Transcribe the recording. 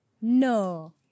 No